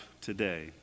today